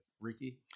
Ricky